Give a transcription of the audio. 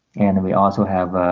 and we also have